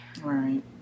Right